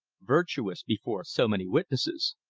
virtuous before so many witnesses.